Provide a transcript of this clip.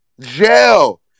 Jail